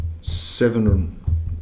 seven